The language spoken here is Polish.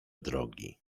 drogi